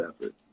effort